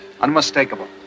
unmistakable